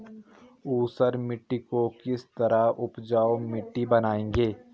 ऊसर मिट्टी को किस तरह उपजाऊ मिट्टी बनाएंगे?